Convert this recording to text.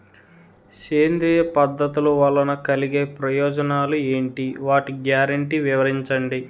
సేంద్రీయ పద్ధతుల వలన కలిగే ప్రయోజనాలు ఎంటి? వాటి గ్యారంటీ వివరించండి?